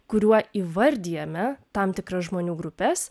kuriuo įvardijame tam tikras žmonių grupes